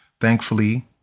Thankfully